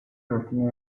ultimi